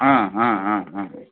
ஆ ஆ ஆ ஆ